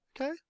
Okay